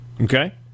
Okay